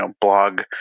blog